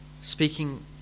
speaking